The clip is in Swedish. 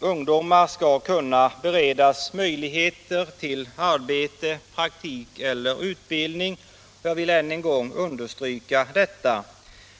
ungdomar skall kunna beredas möjligheter till arbete, praktik eller utbildning. Jag vill än en gång understryka detta.